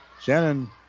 Shannon